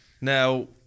Now